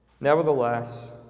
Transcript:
Nevertheless